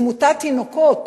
תמותת תינוקות